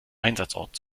einsatzort